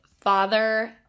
Father